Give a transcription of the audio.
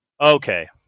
Okay